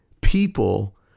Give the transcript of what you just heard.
people